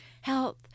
health